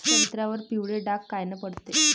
संत्र्यावर पिवळे डाग कायनं पडते?